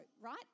right